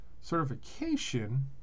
certification